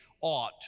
ought